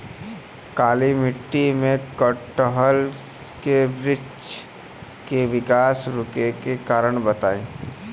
काली मिट्टी में कटहल के बृच्छ के विकास रुके के कारण बताई?